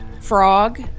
frog